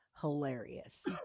hilarious